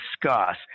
discuss